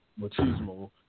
machismo